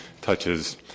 touches